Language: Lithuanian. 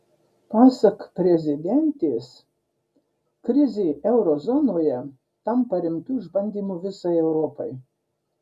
pasak prezidentės krizė euro zonoje tampa rimtu išbandymu visai europai